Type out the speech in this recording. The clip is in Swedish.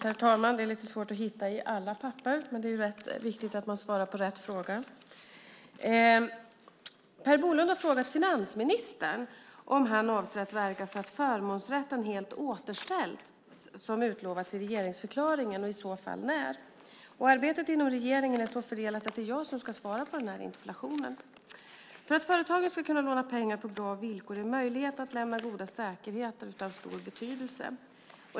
Herr talman! Per Bolund har frågat finansministern om han avser att verka för att förmånsrätten helt återställs som utlovats i regeringsförklaringen och i så fall när. Arbetet inom regeringen är så fördelat att det är jag som ska svara på interpellationen. För att företagen ska kunna låna pengar på bra villkor är möjligheten att lämna goda säkerheter av stor betydelse.